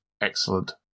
Excellent